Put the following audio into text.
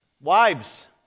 Wives